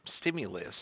stimulus